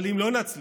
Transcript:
אבל אם לא נצליח